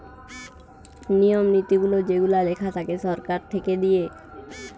নিয়ম নীতি যেগুলা লেখা থাকে সরকার থেকে দিয়ে